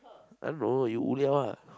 I don't know you 无聊 ah